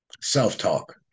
Self-talk